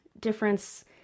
difference